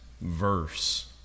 verse